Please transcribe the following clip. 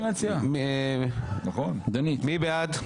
מי בעד?